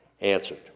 answered